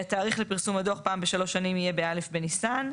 תאריך לפרסום הדוח פעם בשלוש שנים יהיה ב-א' בניסן.